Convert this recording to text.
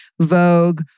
Vogue